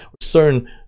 certain